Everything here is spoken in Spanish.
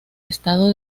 estado